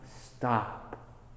stop